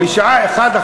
בשעה 13:00,